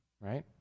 right